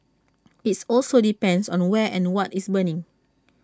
IT also depends on where and what is burning